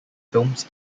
films